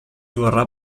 vorrà